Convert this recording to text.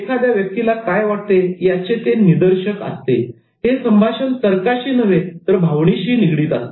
एखाद्या व्यक्तीला काय वाटते याचे ते निदर्शक असतात हे संभाषण तर्काशी नव्हे तर भावनेशी निगडित असते